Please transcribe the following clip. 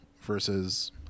versus